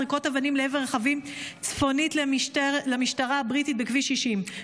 זריקות אבנים לעבר רכבים צפונית למשטרה הבריטית בכביש 60,